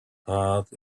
heart